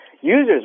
users